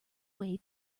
way